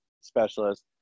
specialist